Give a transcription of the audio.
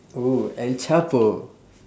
oh el chapo